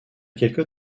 quelques